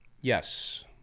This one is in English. yes